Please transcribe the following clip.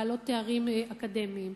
בעלות תארים אקדמיים,